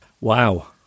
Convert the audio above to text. Wow